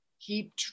keep